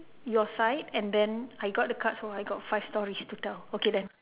your side and then I got the cards so I got five stories to tell okay then